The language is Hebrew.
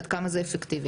עד כמה זה אפקטיבי.